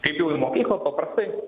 kaip jau į mokyklą paprastai